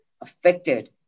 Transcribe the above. affected